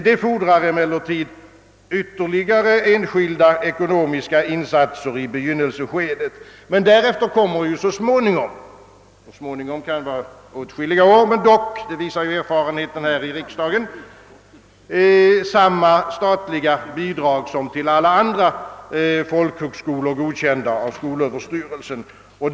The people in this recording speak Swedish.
Detta fordrar visserligen ytterligare ekonomiska insatser i begynnelseskedet, men därefter kommer så småningom — att det dock kan ta åtskilliga år visar erfarenheten här i riksdagen — samma bidrag att utgå som till alla andra folkhögskolor, godkända av skolöverstyrelsen.